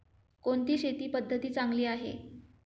कोणती शेती पद्धती चांगली आहे?